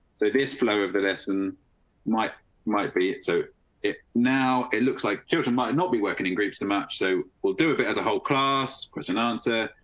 so this flow of the lesson might might be it. so it now it looks like children might not be working in groups to match so will do it but as a whole class question answer.